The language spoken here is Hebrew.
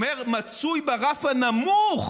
הוא אומר: מצוי ברף הנמוך